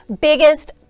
biggest